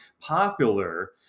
popular